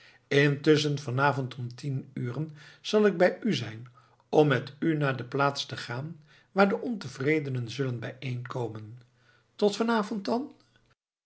van avond om tien uren zal ik bij u zijn om met u naar de plaats te gaan waar de ontevredenen zullen bijeenkomen tot vanavond dan